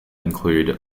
include